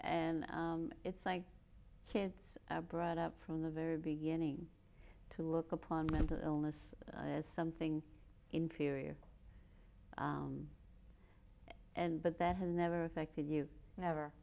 and it's like kids brought up from the very beginning to look upon mental illness as something inferior and but that has never affected you never